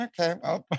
okay